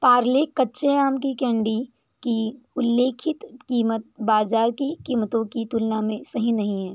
पारले कच्चे आम की कैंडी की उल्लेखित कीमत बाज़ार की कीमतों की तुलना में सही नहीं है